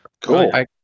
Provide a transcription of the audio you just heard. Cool